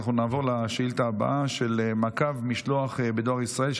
אנחנו נעבור לשאילתה הבאה: מעקב משלוח בדואר ישראל,